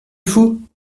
fous